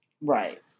Right